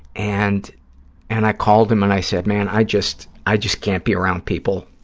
and and i called him and i said, man, i just, i just can't be around people